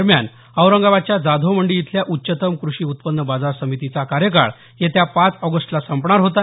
दरम्यान औरंगाबादच्या जाधवमंडी इथल्या उच्च्तम कृषी उत्पन्न बाजार समितीचा कार्यकाळ येत्या पाच ऑगस्टला संपणार होता